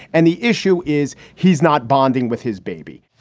and the issue is he's not bonding with his baby